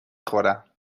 خورم